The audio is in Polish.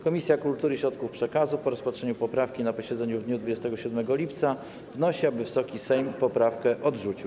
Komisja Kultury i Środków Przekazu po rozpatrzeniu poprawki na posiedzeniu w dniu 27 lipca wnosi, aby Wysoki Sejm poprawkę odrzucił.